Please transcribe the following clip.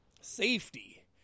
Safety